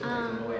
ah